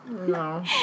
No